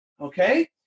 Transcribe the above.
Okay